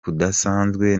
kudasanzwe